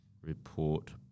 Report